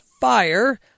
fire